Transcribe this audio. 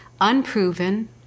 unproven